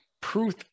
proof